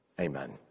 amen